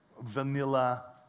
vanilla